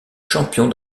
champions